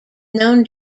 known